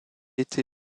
été